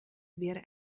wäre